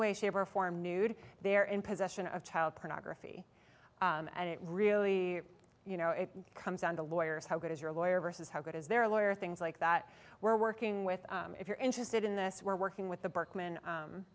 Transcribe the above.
way shape or form nude they're in possession of child pornography and it really you know it comes down to lawyers how good is your lawyer versus how good is their lawyer things like that we're working with if you're interested in this we're working with the berkman